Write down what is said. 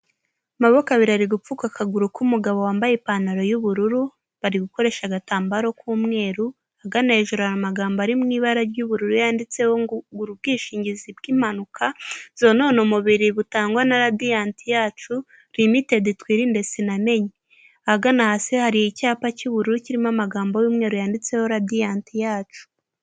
Amaboko abiri ari gupfuka akaguru k'umugabo wambaye ipantaro y'ubururu bari gukoresha agatambaro k'umweru hagana hejuru hari magambo ari mu ibara ry'ubururu yanditseho ngo gura ubwishingizi bw'impanuka zonona umubiri butangwa na radiyanti yacu tumitedi twirinde sinamenye .Ahagana hasi hari icyapa cy'ubururu kirimo amagambo y'umweru yanditseho radiyanti (Radiant )yacu.